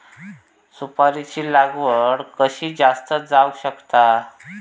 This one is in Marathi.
सुपारीची लागवड कशी जास्त जावक शकता?